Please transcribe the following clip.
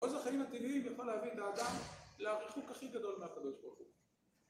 עוז החיים הטבעיים יכול להביא את האדם, לריחוק הכי גדול מהקדוש ברוך הוא.